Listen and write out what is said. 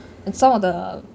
and some of the